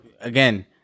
again